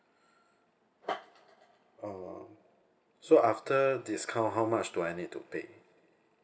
uh so after discount how much do I need to pay